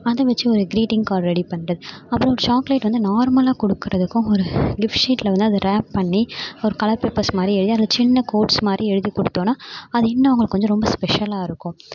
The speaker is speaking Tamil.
அதை வெச்சு ஒரு கிரீட்டிங் கார்ட் ரெடி பண்ணுறது அப்புறம் சாக்லேட் வந்து நார்மலாக கொடுக்குறதுக்கும் ஒரு கிஃப்ட் சீட்டில் வந்து அதை ரேப் பண்ணி ஒரு கலர் பேப்பர்ஸ் மாதிரி எழுதி அதில் சின்ன கோட்ஸ் மாதிரி எழுதி கொடுத்தோனா அது இன்னும் அவங்களுக்கு கொஞ்சம் ஸ்பெஷலாக இருக்கும்